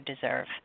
Deserve